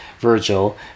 Virgil